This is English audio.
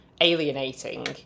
alienating